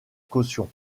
caution